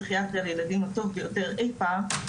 ספר פסיכיאטריה לילדים הטוב ביותר אי פעם,